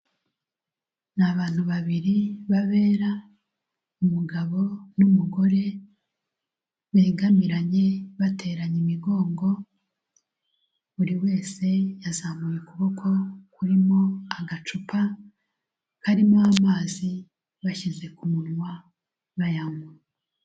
Ni abantu babiri b'abera umugabo n'umugore begamiranye bateranye imigongo, buri wese yazamuye ukuboko kurimo agacupa karimo amazi bashyize ku munwa bayanywa.